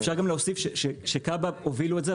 אפשר גם להוסיף שכב"ה הובילו את זה,